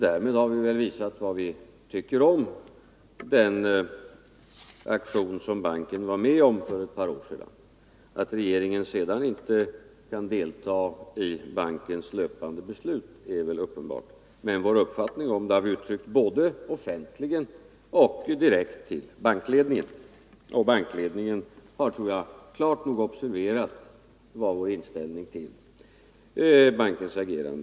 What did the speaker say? Därmed har vi väl visat vad vi tycker om den aktion som banken var med om för ett par år sedan. Att regeringen inte kan delta i bankens löpande beslut är väl uppenbart, men vår uppfattning har vi uttryckt både offentligen och direkt till bankledningen. Jag tror att bankledningen klart nog har observerat vår inställning till bankens agerande.